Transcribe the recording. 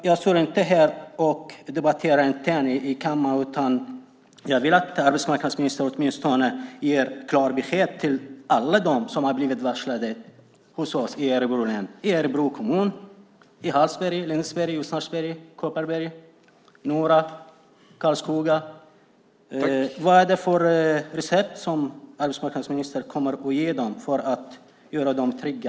Jag står inte bara här och debatterar i kammaren, utan jag vill att arbetsmarknadsministern åtminstone ger klart besked till alla dem som har blivit varslade hos oss i Örebro län, i Örebro kommun, i Hallsberg, Lindesberg, Ljusnarsberg, Kopparberg, Nora och Karlskoga. Vad är det för recept som arbetsmarknadsministern kommer att ge dem för att göra dem trygga?